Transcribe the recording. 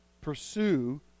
Pursue